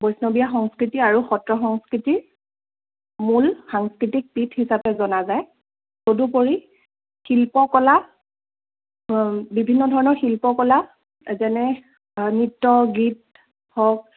বৈষ্ণৱীয়া সংস্কৃতি আৰু সত্ৰ সংস্কৃতিৰ মূল সাংস্কৃতিক পীঠ হিচাপে জনা যায় তদুপৰি শিল্পকলা বিভিন্ন ধৰণৰ শিল্পকলা যেনে নৃত্য গীত হওক